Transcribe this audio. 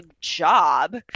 job